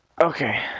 Okay